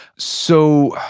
so,